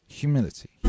Humility